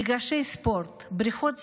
מגרשי ספורט, בריכות שחייה,